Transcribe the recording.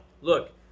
look